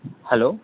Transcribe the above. hello